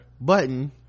button